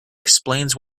explains